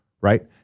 right